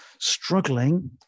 struggling